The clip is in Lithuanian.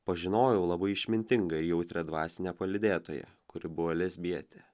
pažinojau labai išmintingą ir jautrią dvasinę palydėtoją kuri buvo lesbietė